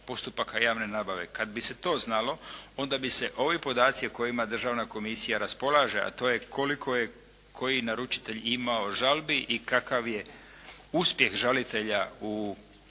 postupaka javne nabave. Kad bi se to znalo onda bi se ovi podaci o kojima državna komisija raspolaže a to je koliko je koji naručitelj imao žalbi i kakav je uspjeh žalitelja u